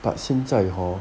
but 现在 hor